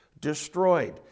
destroyed